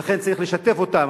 ולכן צריך לשתף אותם.